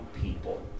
people